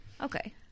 Okay